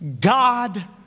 God